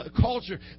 culture